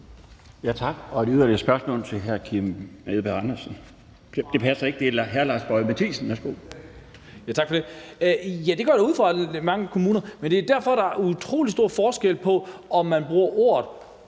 fra gælder i mange kommuner, men det er derfor, at der er utrolig stor forskel på, om man bruger ordet